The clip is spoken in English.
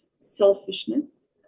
selfishness